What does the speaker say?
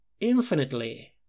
infinitely